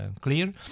clear